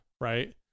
Right